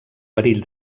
perill